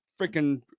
freaking